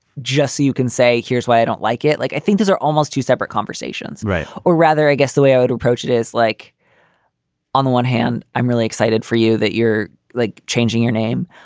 jesse, you can say here's why i don't like it. like i think these are almost two separate conversations. right. or rather, i guess the way i would approach it is like on the one hand, i'm really excited for you that you're like changing your name,